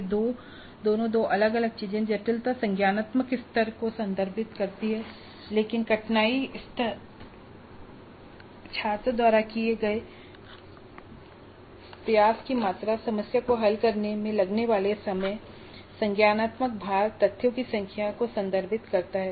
ये दोनों दो अलग अलग चीजें हैं जटिलता संज्ञानात्मक स्तर को संदर्भित करती है लेकिन कठिनाई स्तर छात्र द्वारा किए गए प्रयास की मात्रा समस्या को हल करने में लगने वाले समय संज्ञानात्मक भार तथ्यों की संख्या को संदर्भित करता है